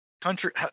Country